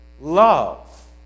love